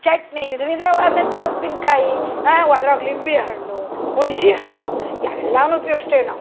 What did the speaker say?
ಚಟ್ನಿ ವಿಧ ವಿಧವಾದಂಥ ಉಪ್ಪಿನಕಾಯಿ ಒದ್ರಾಗ ಲಿಂಬಿಹಣ್ಣು ಹುಣಸೆಹಣ್ಣು ಎಲ್ಲಾನು ಉಪಯೋಗ್ಸ್ತೇವೆ ನಾವು